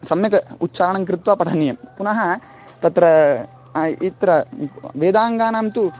सम्यक् उच्छारणं कृत्वा पठनीयं पुनः तत्र अत्र वेदाङ्गानां तु